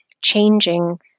changing